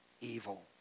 evil